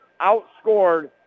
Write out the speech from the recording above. Outscored